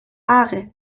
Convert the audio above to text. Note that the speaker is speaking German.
aare